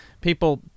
people